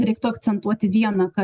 reiktų akcentuoti vieną kad